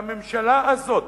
והממשלה הזאת,